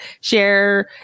share